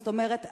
זאת אומרת,